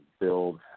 build